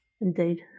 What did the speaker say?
Indeed